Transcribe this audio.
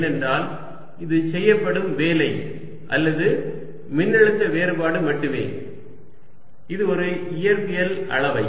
ஏனென்றால் இது செய்யப்படும் வேலை அல்லது மின்னழுத்த வேறுபாடு மட்டுமே இது ஒரு இயற்பியல் அளவை